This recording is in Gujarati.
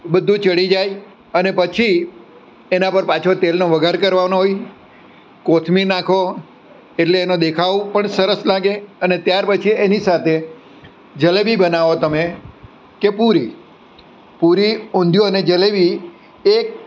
એ બધું ચઢી જાય અને પછી એના પર પાછો તેલનો વઘાર કરવાનો હોય કોથમીર નાખો એટલે એનો દેખાવ પણ સરસ લાગે અને ત્યાર પછી એની સાથે જલેબી બનાવો તમે કે પુરી પુરી ઊંધિયું અને જલેબી એ